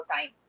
time